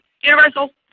universal